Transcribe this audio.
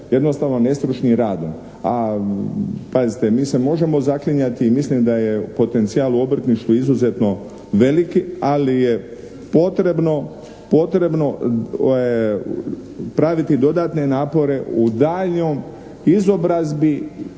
jednostavno nestručnim radom. A pazite, mi se možemo zaklinjati, mislim da je potencijal u obrtništvu izuzetno veliki ali je potrebno praviti dodatne napore u daljnjoj izobrazbi